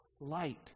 light